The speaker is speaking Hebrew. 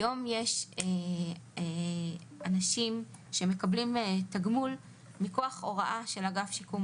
היום יש אנשים שמקבלים תגמול מכוח הוראה של אגף השיקום,